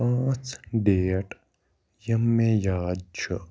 پانٛژھ ڈیٹ یِم مےٚ یاد چھُ